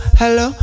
hello